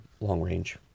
long-range